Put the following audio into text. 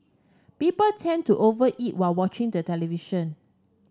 people tend to over eat while watching the television